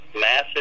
massive